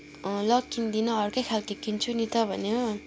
अँ ल किन्दिन अर्कै खालको किन्छु नि त भन्यो